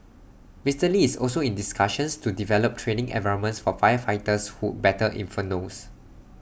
Mister Lee's also in discussions to develop training environments for firefighters who battle infernos